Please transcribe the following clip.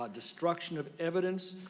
ah destruction of evidence,